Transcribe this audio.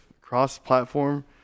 cross-platform